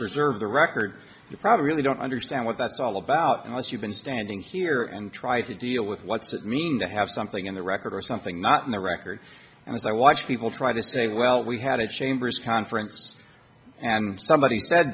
preserve the record you probably really don't understand what that's all about unless you've been standing here and try to deal with what's it mean to have something in the record or something not in the record and as i watch people try to say well we had a chambers conference and somebody